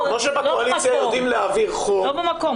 כמו שבקואליציה יודעים להעביר חוק --- זה לא במקום.